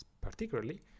particularly